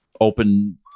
open